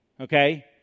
okay